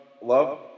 Love